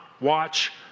watch